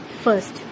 First